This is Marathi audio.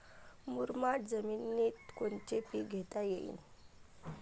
मुरमाड जमिनीत कोनचे पीकं घेता येईन?